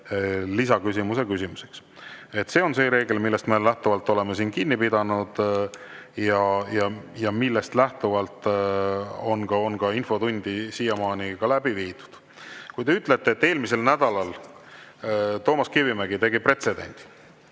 lisaküsimuse küsimiseks. See on see reegel, millest me oleme siin kinni pidanud ja millest lähtuvalt on infotundi siiamaani läbi viidud. Te ütlete, et eelmisel nädalal Toomas Kivimägi tegi pretsedendi